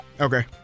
Okay